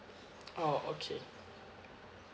oh okay